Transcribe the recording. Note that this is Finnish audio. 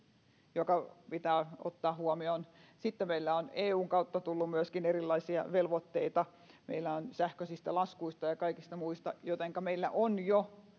joka pitää ottaa huomioon sitten meillä on eun kautta tullut myöskin erilaisia velvoitteita sähköisistä laskuista ja kaikista muista jotenka meillä on jo